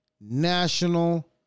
National